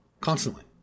Constantly